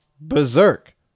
berserk